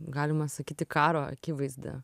galima sakyti karo akivaizda